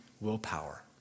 willpower